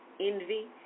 envy